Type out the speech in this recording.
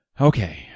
Okay